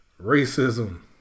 racism